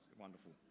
wonderful